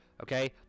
okay